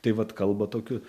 tai vat kalba tokiu